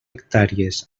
hectàrees